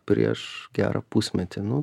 prieš gerą pusmetį nu